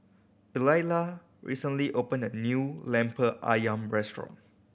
Eulalia recently opened a new Lemper Ayam restaurant